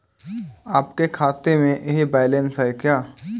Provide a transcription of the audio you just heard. आपके खाते में यह बैलेंस है क्या?